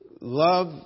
love